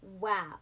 Wow